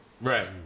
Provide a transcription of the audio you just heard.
Right